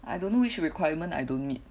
I don't know which requirement I don't meet